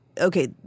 Okay